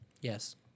Yes